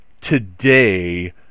today